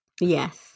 yes